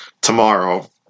tomorrow